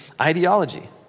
ideology